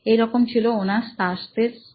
এইরকম ছিল ওনার স্বাস্থ্যের স্থিতি